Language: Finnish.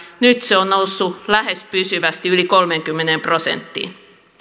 nyt se on noussut lähes pysyvästi yli kolmeenkymmeneen prosenttiin